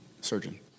surgeon